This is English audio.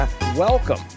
welcome